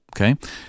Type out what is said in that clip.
Okay